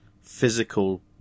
physical